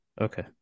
Okay